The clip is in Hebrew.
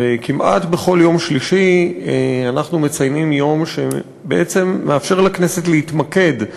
וכמעט בכל יום שלישי אנחנו מציינים יום שבעצם מאפשר לכנסת להתמקד,